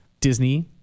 Disney